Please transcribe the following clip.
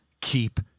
keep